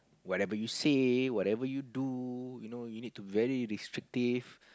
whatever you say whatever you do you know you need to very restrictive